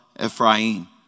Ephraim